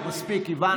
מח"ש טיפלו?